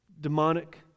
demonic